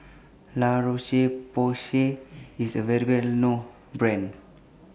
La Roche Porsay IS A Well known Brand